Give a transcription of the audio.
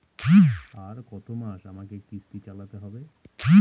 আর কতমাস আমাকে কিস্তি চালাতে হবে?